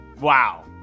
Wow